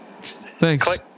thanks